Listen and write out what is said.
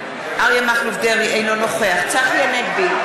אינו נוכח צחי הנגבי,